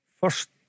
First